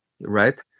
right